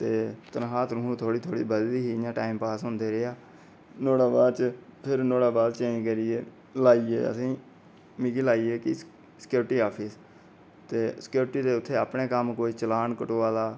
तनखा थोह्ड़ी गै बधदी ही टाईम पास होंदा रेहा फ्ही ओह्दे बाद चेंज करियै लाई गे असें गी सिक्योर्टि आफॅिस ते सिक्योर्टि दे उत्थैं अपने कम्म कोई चलान कटोआ दा